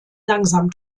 langsam